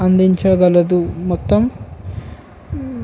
అందించగలదు మొత్తం